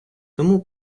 тому